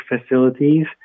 facilities